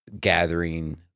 gathering